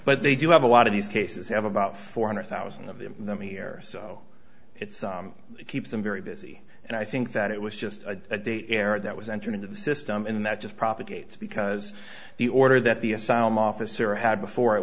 but they do have a lot of these cases have about four hundred thousand of them here so it keeps them very busy and i think that it was just a day error that was entered into the system in that just propagates because the order that the asylum officer had before it